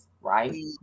right